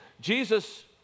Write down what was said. Jesus